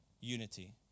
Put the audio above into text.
Unity